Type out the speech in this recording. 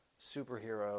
superhero